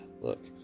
look